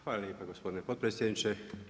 Hvala lijepo gospodine potpredsjedniče.